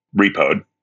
repoed